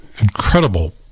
incredible